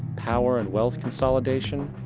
power and wealth consolidation,